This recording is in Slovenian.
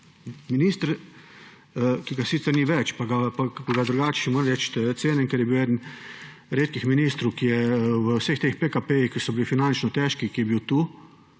Minister, ki ga sicer ni več in ki ga drugače, moram reči, cenim, ker je bil eden redkih ministrov, ki je v vseh teh PKP-jih, ki so bili finančno težki, ki je bil tu,